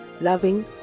loving